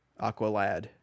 Aqualad